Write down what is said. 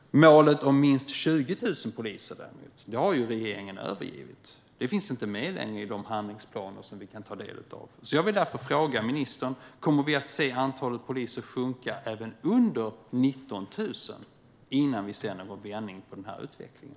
Målet om minst 20 000 poliser har regeringen däremot övergivit. Det finns inte med i de handlingsplaner vi kan ta del av. Jag vill därför fråga ministern: Kommer vi att se antalet poliser sjunka även under 19 000 innan vi ser någon vändning på utvecklingen?